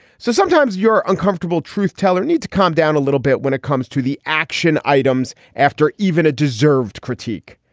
so sometimes your uncomfortable truth teller need to calm down a little bit when it comes to the action items after even a deserved critique.